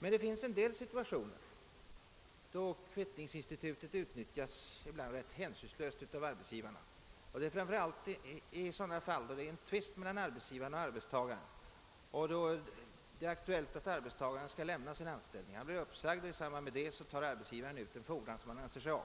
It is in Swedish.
Det finns emellertid enligt organisationernas erfarenhet en del situationer då kvittningsinstitutet utnyttjas ganska hänsynslöst av arbetsgivarna, och det är framför allt i sådana fall där tvist föreligger mellan arbetsgivare och arbetstagare och det är aktuellt att arbetstagaren skall lämna sin anställning. Arbetstagaren blir uppsagd och i samband med detta tar arbetsgivaren ut en fordran som han anser sig ha,